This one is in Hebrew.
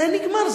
זה נגמר.